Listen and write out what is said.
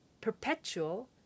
perpetual